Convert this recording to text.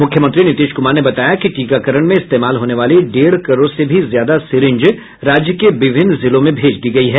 मुख्यमंत्री नीतीश कुमार ने बताया कि टीकाकरण में इस्तेमाल होने वाली डेढ़ करोड से भी ज्यादा सीरिंज राज्य के विभिन्न जिलों में भेज दी गई हैं